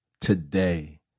today